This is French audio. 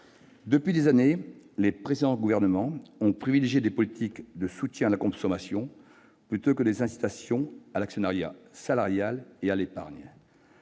Depuis des années, les précédents gouvernements ont privilégié des politiques de soutien à la consommation, plutôt que des incitations à l'actionnariat salarial et à l'épargne.